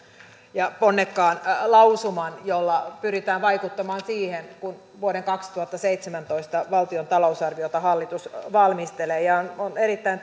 ja ponnekkaan lausuman jolla pyritään vaikuttamaan siihen kun vuoden kaksituhattaseitsemäntoista valtion talousarviota hallitus valmistelee on erittäin